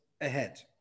ahead